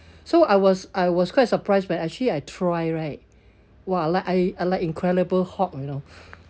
so I was I was quite surprised when I actually I try right !wah! I like I like incredible hulk you know